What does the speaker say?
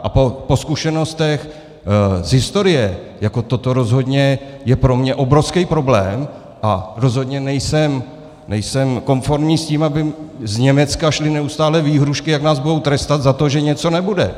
A po zkušenostech z historie toto rozhodně je pro mě obrovský problém a rozhodně nejsem konformní s tím, aby z Německa šly neustále výhrůžky, jak nás budou trestat za to, že něco nebude.